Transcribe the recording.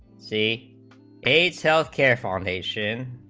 c a's healthcare formation